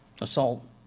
assault